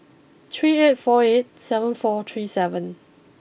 three eight four eight seven four three seven